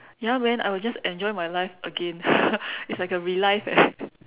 ya man I would just enjoy my life again it's like a re life eh